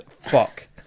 fuck